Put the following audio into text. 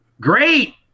great